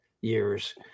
years